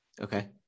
Okay